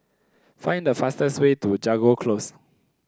find the fastest way to Jago Close